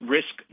risk